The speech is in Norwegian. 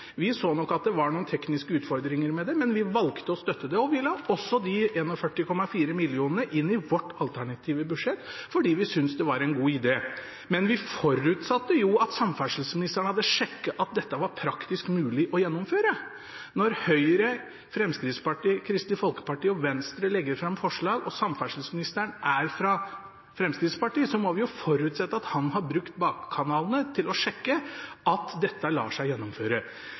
Vi så nok at det var noen tekniske utfordringer med det, men vi valgte å støtte det, og vi la også de 41,4 mill. kr inn i vårt alternative budsjett fordi vi syntes det var en god idé. Men vi forutsatte jo at samferdselsministeren hadde sjekket at dette var praktisk mulig å gjennomføre. Når Høyre, Fremskrittspartiet, Kristelig Folkeparti og Venstre legger fram forslag og samferdselsministeren er fra Fremskrittspartiet, må vi jo forutsette at han har brukt bak-kanalene til å sjekke at dette lar seg gjennomføre.